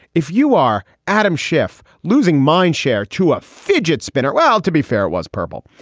if you are adam schiff losing mindshare to a fidget spinner. well, to be fair, it was purple.